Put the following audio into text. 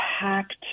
packed